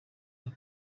year